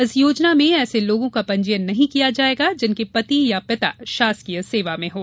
इस योजना में ऐसे लोगों का पंजीयन नहीं किया जायेगा जिनके पति या पिता शासकीय सेवा में हों